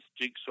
jigsaw